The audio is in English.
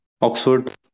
Oxford